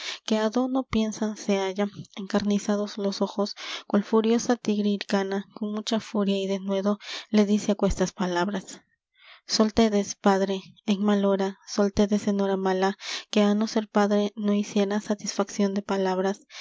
que á do no piensan se halla encarnizados los ojos cual furiosa tigre hircana con mucha furia y denuedo le dice aquestas palabras soltedes padre en mal hora soltedes en hora mala que á no ser padre no hiciera satisfacción de palabras